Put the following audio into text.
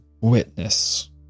witness